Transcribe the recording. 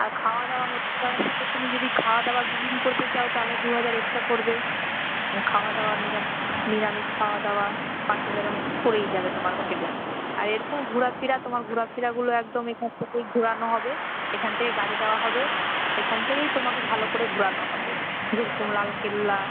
আর খাওয়া দাওয়া হোটেল ভাড়া সব তুমি যদি খাওয়া দাওয়া বুকিং করতে চাও তাহলে দু হাজার এক্সট্রা পড়বে খাওয়া দাওয়া নিরামিষ নিরামিষ খাওয়া দাওয়া পাঁচ হাজারের মতন পড়েই যাবে তোমার হোটেলে আর এরকম ঘোরাফেরা তোমার ঘোরাফেরাগুলো একদম এখান থেকে ঘোরানো হবে এখান থেকে গাড়ি দেওয়া হবে এখান থেকেই তোমাকে ভালো করে ঘোরানো হবে যেরকম লাল কেল্লা